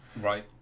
Right